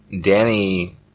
Danny